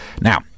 Now